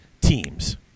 teams